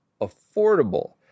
affordable